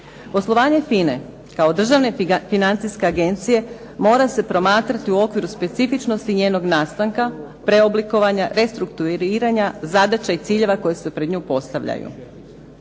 Poslovanje FINA-e kao državne financijske agencije mora se promatrati u okviru specifičnosti njenog nastanka, preoblikovanja, restrukturiranja, zadaće i ciljeva koji se pred nju postavljaju.